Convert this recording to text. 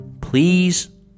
please